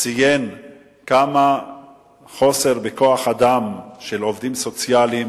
שציין שיש חוסר בכוח-אדם של עובדים סוציאליים